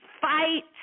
fight